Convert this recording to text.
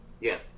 Yes